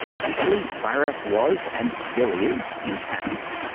thankfully so csirac was and still is intact.